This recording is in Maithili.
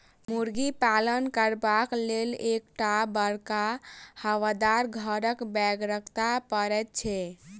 मुर्गी पालन करबाक लेल एक टा बड़का हवादार घरक बेगरता पड़ैत छै